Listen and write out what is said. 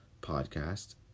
podcast